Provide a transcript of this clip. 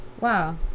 wow